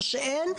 או שהן.